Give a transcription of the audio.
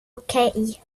okej